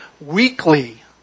weekly